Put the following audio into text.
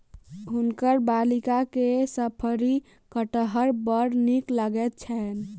हुनकर बालिका के शफरी कटहर बड़ नीक लगैत छैन